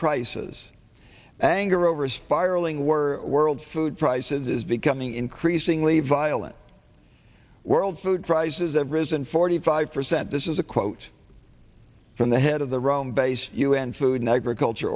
prices and or over spiraling war world food prices is becoming increasingly violent world food prices have risen forty five percent this is a quote from the head of the rome based u n food and agriculture